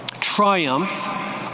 triumph